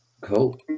Cool